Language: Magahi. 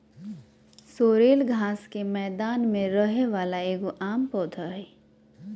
सोरेल घास के मैदान में रहे वाला एगो आम पौधा हइ